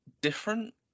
different